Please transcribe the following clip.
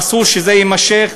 אסור שזה יימשך,